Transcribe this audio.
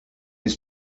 his